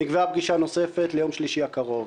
נקבעה פגישה נוספת ליום שלישי הקרוב.